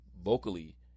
vocally